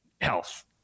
health